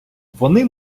вони